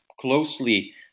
closely